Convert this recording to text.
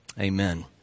Amen